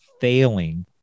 failing